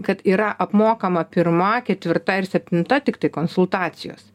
kad yra apmokama pirma ketvirta ir septinta tiktai konsultacijos